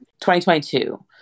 2022